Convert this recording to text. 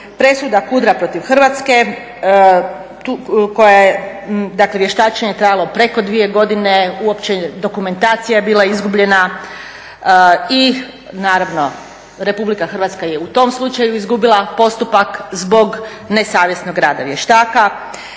Presuda Kudra protiv Hrvatske gdje je vještačenje trajalo preko dvije godine, uopće dokumentacija je bila izgubljena i RH je u tom slučaju izgubila postupak zbog nesavjesnog rada vještaka.